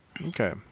Okay